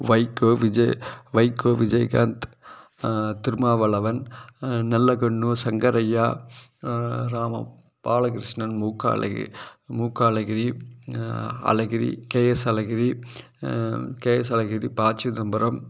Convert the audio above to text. Vaiko Vijay Vaiko Vijayakanth Thirumavalavan Nallakannu Sankaraiah Ramu Balakrishnan M K Alagiri M K Alagiri Alagiri K S Alagiri K S Alagiri P Chidambaram